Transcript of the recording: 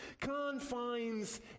confines